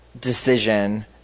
decision